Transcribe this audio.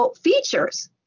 features